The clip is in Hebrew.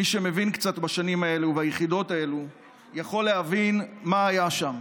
מי שמבין קצת בשנים האלה וביחידות האלה יכול להבין מה היה שם.